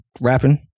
rapping